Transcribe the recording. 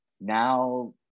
now